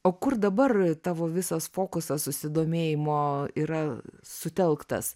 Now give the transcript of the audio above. o kur dabar tavo visas fokusas susidomėjimo yra sutelktas